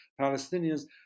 Palestinians